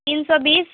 تین سو بیس